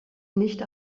nicht